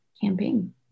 campaign